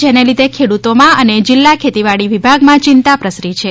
જેના લીધે ખેડૂતોમાં અને જિલ્લા ખેતીવાડી વિભાગમાં ચિંતા પ્રસરી છે